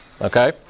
Okay